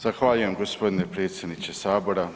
Zahvaljujem gospodine predsjedniče sabora.